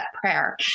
prayer